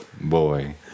Boy